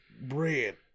bread